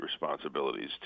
responsibilities